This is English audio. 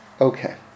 Okay